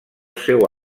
seu